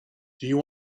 you